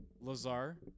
Lazar